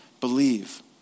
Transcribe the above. believe